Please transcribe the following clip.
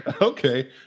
Okay